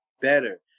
better